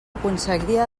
aconseguia